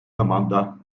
zamanda